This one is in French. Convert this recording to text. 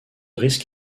risque